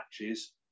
matches